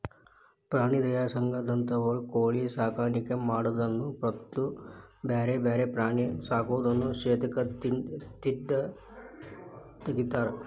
ಪ್ರಾಣಿ ದಯಾ ಸಂಘದಂತವರು ಕೋಳಿ ಸಾಕಾಣಿಕೆ ಮಾಡೋದನ್ನ ಮತ್ತ್ ಬ್ಯಾರೆ ಬ್ಯಾರೆ ಪ್ರಾಣಿ ಸಾಕೋದನ್ನ ಸತೇಕ ತಿಡ್ಡ ತಗಿತಾರ